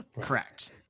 Correct